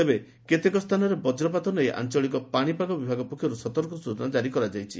ତେବେ କେତେକ ସ୍ଥାନରେ ବକ୍ରପାତ ନେଇ ଆଞ୍ଚଳିକ ପାଣିପାଗ ବିଭାଗ ସତର୍କସ୍ଚନା ଜାରି କରିଛି